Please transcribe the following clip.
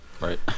Right